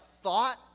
thought